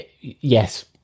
yes